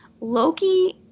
Loki